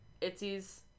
Itzy's